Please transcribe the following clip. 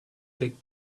big